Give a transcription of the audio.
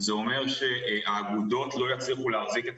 זה אומר שהאגודות לא יצליחו להחזיק את